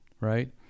right